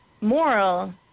moral